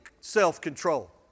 self-control